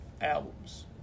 albums